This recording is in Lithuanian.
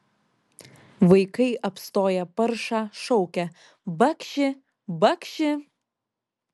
vaikai apstoję paršą šaukia bakši bakši